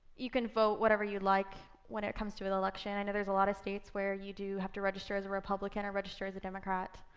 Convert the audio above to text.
you can vote whatever you'd like when it comes to an election. i know there's a lot of states where you do have to register as a republican or register as a democrat.